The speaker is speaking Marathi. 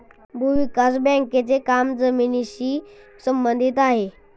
भूविकास बँकेचे काम जमिनीशी संबंधित आहे